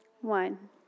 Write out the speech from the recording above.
One